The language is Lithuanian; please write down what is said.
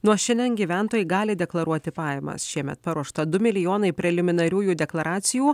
nuo šiandien gyventojai gali deklaruoti pajamas šiemet paruošta du milijonai preliminariųjų deklaracijų